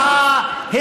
וכל השיטות,